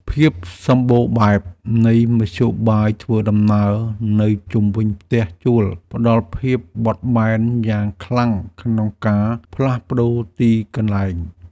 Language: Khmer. ភាពសម្បូរបែបនៃមធ្យោបាយធ្វើដំណើរនៅជុំវិញផ្ទះជួលផ្តល់ភាពបត់បែនយ៉ាងខ្លាំងក្នុងការផ្លាស់ប្តូរទីកន្លែង។